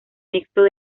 mixtos